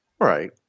Right